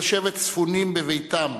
לשבת ספונים בביתם,